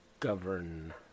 govern